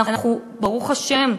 ברוך השם,